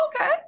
Okay